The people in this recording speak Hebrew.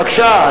בבקשה,